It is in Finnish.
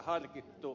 kysynkin